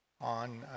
on